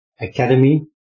academy